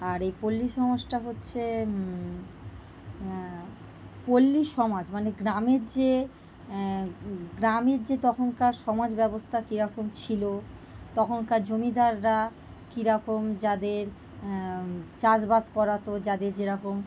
আর এই পল্লীসমাজটা হচ্ছে পল্লীসমাজ মানে গ্রামের যে গ্রামের যে তখনকার সমাজ ব্যবস্থা কীরকম ছিল তখনকার জমিদাররা কীরকম যাদের চাষবাস করাতো যাদের যেরকম